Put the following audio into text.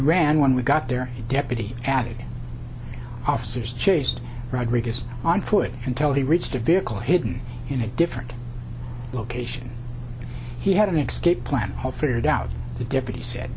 ran when we got there a deputy added officers chased rodriguez on foot until he reached a vehicle hidden in a different location he had an x get plan all figured out the deputy said